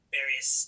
various